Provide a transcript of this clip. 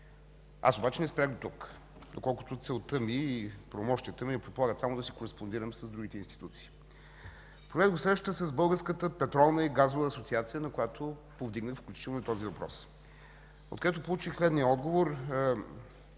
Аз обаче не спрях дотук, доколкото целта ми и правомощията ми не предполагат само да си кореспондирам с другите институции. Проведох среща с Българската петролна и газова асоциация, на която повдигнах включително и този въпрос, откъдето получих следния отговор,